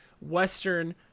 western